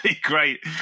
great